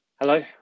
Hello